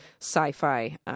sci-fi